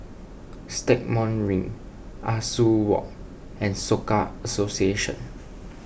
Stagmont Ring Ah Soo Walk and Soka Association